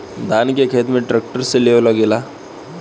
धान के खेत में ट्रैक्टर से लेव लागेला